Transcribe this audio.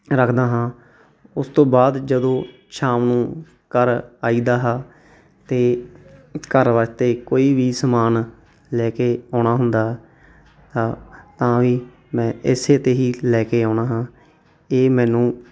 ਰੱਖਦਾ ਹਾਂ ਉਸ ਤੋਂ ਬਾਅਦ ਜਦੋਂ ਸ਼ਾਮ ਨੂੰ ਘਰ ਆਈਦਾ ਹੈ ਅਤੇ ਘਰ ਵਾਸਤੇ ਕੋਈ ਵੀ ਸਮਾਨ ਲੈ ਕੇ ਆਉਣਾ ਹੁੰਦਾ ਤਾਂ ਤਾਂ ਵੀ ਮੈਂ ਇਸੇ 'ਤੇ ਹੀ ਲੈ ਕੇ ਆਉਣਾ ਹਾਂ ਇਹ ਮੈਨੂੰ